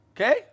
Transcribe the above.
okay